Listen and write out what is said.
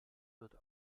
wird